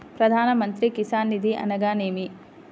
ప్రధాన మంత్రి కిసాన్ నిధి అనగా నేమి?